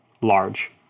large